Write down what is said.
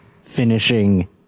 finishing